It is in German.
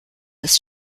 ist